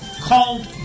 called